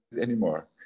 anymore